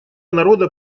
народа